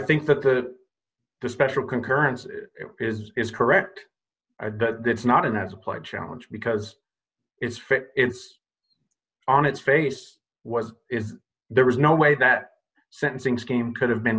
think that the the special concurrence is is correct it's not as applied challenge because it's fit it's on its face was it there was no way that sentencing scheme could have been